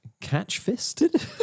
catch-fisted